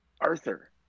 arthur